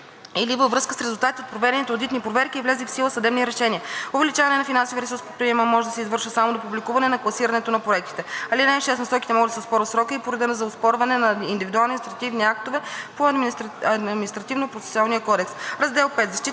или във връзка с резултатите от проведени одитни проверки и влезли в сила съдебни решения. Увеличаване на финансовия ресурс по приема може да се извършва само до публикуване на класирането на проектите. (6) Насоките могат се оспорват в срока и по реда за оспорване на индивидуални административни актове по Административнопроцесуалния кодекс. Раздел V – Защита